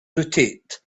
rotate